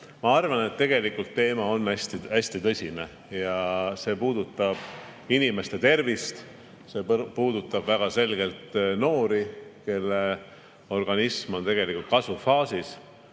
Ma arvan, et tegelikult on teema hästi-hästi tõsine. See puudutab inimeste tervist, see puudutab väga selgelt noori, kelle organism on kasvufaasis.